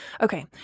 Okay